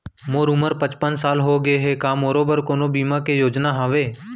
मोर उमर पचपन साल होगे हे, का मोरो बर कोनो बीमा के योजना हावे?